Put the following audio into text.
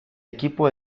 equipo